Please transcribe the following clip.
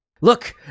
Look